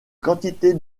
quantités